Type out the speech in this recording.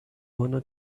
wanna